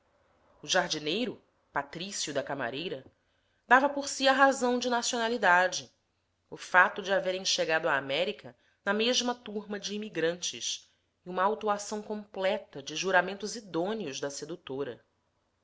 o jardineiro patrício da camareira dava por si a razão de nacionalidade o fato de haverem chegado à américa na mesma turma de imigrantes e uma autuação completa de juramentos idôneos da sedutora